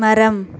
மரம்